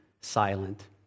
silent